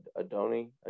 Adoni